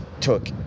took